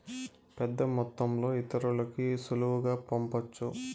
పెద్దమొత్తంలో ఇతరులకి సులువుగా పంపొచ్చు